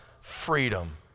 freedom